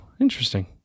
interesting